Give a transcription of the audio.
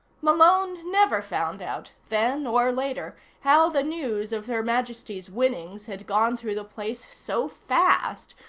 malone never found out, then or later, how the news of her majesty's winnings had gone through the place so fast,